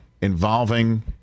involving